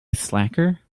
slacker